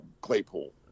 Claypool